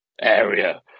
area